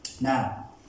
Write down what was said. Now